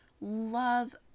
love